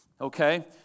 Okay